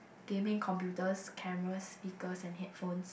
gaming computers cameras speakers and headphones